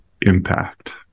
impact